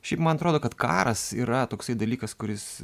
šiaip man atrodo kad karas yra toksai dalykas kuris